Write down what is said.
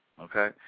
Okay